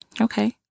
Okay